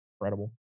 incredible